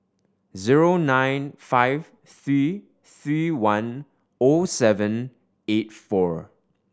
zero nine five three three one O seven eight four